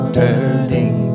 turning